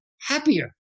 happier